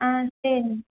ஆ சரி